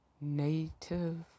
Native